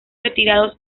retirados